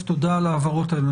תודה על ההבהרות האלו.